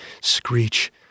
screech